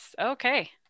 okay